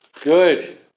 Good